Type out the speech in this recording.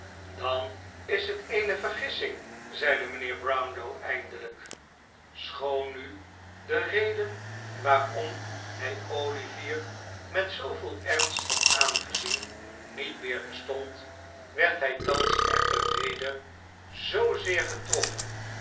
dan is het eene vergissing zeide mijnheer i brownlow eindelijk schoon nu de reden waarom j hij olivier met zooveel ernst had aangezien niet meer bestond werd hij thans echter weder zoo zeer getroffen